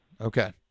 Okay